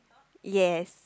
yes